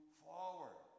forward